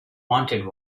wanted